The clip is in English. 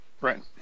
Right